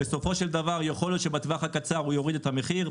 יכול להיות שבטווח הקצר הוא יוריד את המחיר,